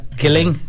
killing